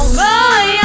boy